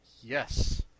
Yes